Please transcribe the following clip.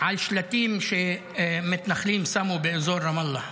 על שלטים שמתנחלים שמו באזור רמאללה.